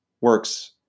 works